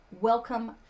welcome